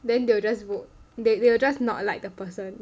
then they will just vote they will just not like the person